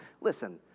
Listen